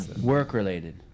Work-related